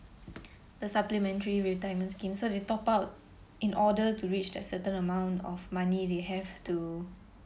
the supplementary retirement scheme so they top up in order to reach that certain amount of money they have to